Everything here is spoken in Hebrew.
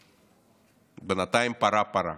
פרה-פרה.